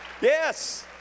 Yes